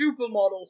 supermodels